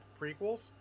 prequels